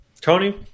Tony